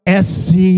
Sc